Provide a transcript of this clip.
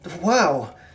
Wow